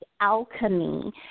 alchemy